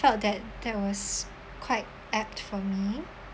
felt that that was quite apt for me